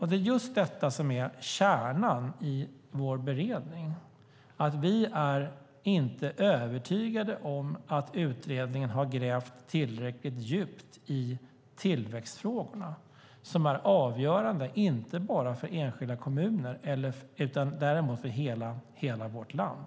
Det är just detta som är kärnan i vår beredning, det vill säga att vi inte är övertygade om att utredningen har grävt tillräckligt djupt i tillväxtfrågorna som är avgörande inte bara för enskilda kommuner utan för hela vårt land.